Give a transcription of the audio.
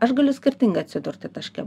aš galiu skirtingą atsidurti taške